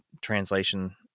translation